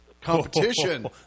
competition